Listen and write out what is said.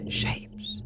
shapes